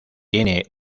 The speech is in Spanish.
tiene